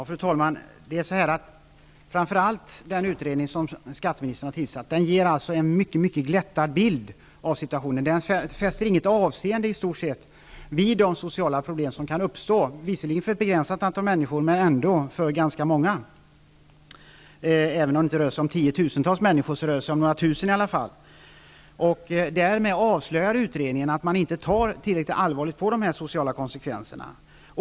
Fru talman! Den utredning som skatteministern har tillsatt ger en mycket glättad bild av situationen. Där fästs i stort sett inget avseende vid de sociala problem som kan uppstå, visserligen för ett begränsat antal människor, men ändå ganska många. Det rör sig inte om tiotusentals människor, men i alla fall om några tusen. Därmed avslöjar utredningen att man inte tar tillräckligt allvarligt på de sociala konsekvenserna.